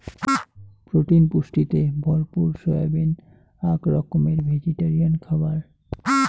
protein পুষ্টিতে ভরপুর soybean আক রকমের ভেজিটেরিয়ান খাবার